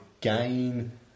gain